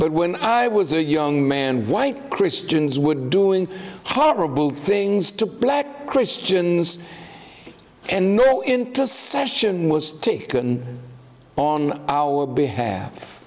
but when i was a young man white christians would be doing horrible things to black christians and no intercession was taken on our behalf